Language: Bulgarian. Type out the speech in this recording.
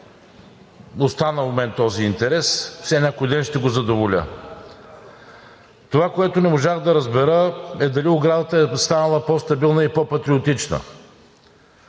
Остана у мен този интерес. Все някой ден ще го задоволя. Това, което не можах да разбера, е дали оградата е станала по стабилна и по-патриотична?